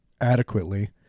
adequately